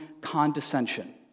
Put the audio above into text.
condescension